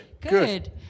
Good